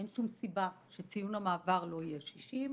אין שום סיבה שציון המעבר לא יהיה 60,